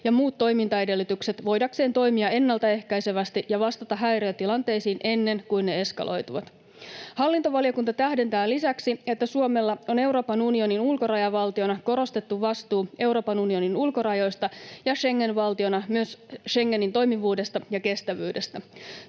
ja muut toimintaedellytykset voidakseen toimia ennaltaehkäisevästi ja vastata häiriötilanteisiin ennen kuin ne eskaloituvat. Hallintovaliokunta tähdentää lisäksi, että Suomella on Euroopan unionin ulkorajavaltiona korostettu vastuu Euroopan unionin ulkorajoista ja Schengen-valtiona myös Schengenin toimivuudesta ja kestävyydestä.